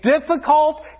difficult